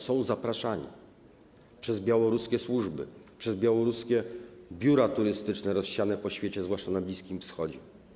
Są zapraszani przez białoruskie służby, przez białoruskie biura turystyczne rozsiane po świecie, zwłaszcza na Bliskim Wschodzie.